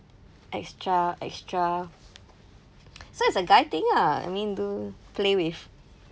extra extra so it's a guy thing lah I mean play with